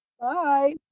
Bye